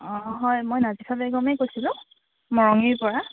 অঁ হয় মই নাফিছা বেগমে কৈছিলোঁ মৰঙীৰপৰা